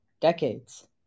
decades